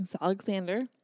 Alexander